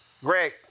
Greg